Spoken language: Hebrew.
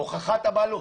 הוכחת הבעלות